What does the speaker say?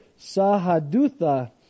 Sahadutha